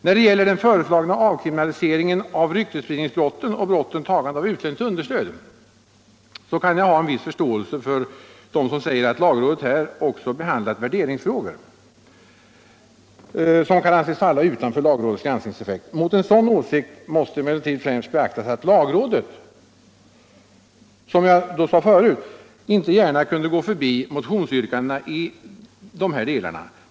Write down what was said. När det gäller den föreslagna avkriminaliseringen av ryktesspridning och tagande av utländskt understöd kan jag ha en viss förståelse för dem som säger att lagrådet här också behandlat värderingsfrågor som kan anses falla utanför lagrådets granskningsområde. Mot en sådan åsikt måste emellertid främst invändas att lagrådet, som jag sade förut, inte gärna kunde gå förbi motionsyrkandena i dessa delar.